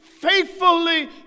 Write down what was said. faithfully